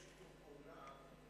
אם יש שיתוף פעולה,